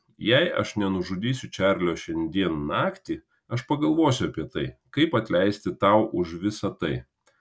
jei aš nenužudysiu čarlio šiandien naktį aš pagalvosiu apie tai kaip atleisti tau už visą tai